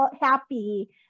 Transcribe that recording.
happy